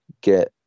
get